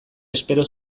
espero